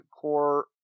core